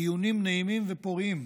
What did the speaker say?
דיונים נעימים ופוריים.